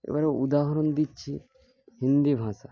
এবারে উদাহরণ দিচ্ছি হিন্দি ভাষা